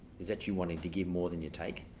is that you wanting to give more than you take,